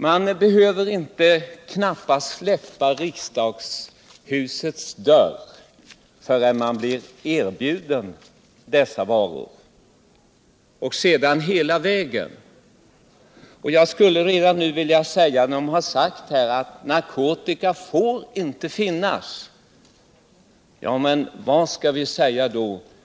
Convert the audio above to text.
Man hinner ju knappast släppa riksdagshusets dörr, förrän man blir erbjuden dessa varor, och sedan fortsätter det på samma sätt hela vägen! Jag skulle redan nu vilja instämma i vad som har sagts här om att narkotika inte får finnas. Ja, men vad skall vi väl säga